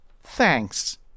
Thanks